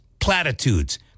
platitudes